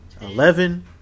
eleven